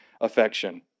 affection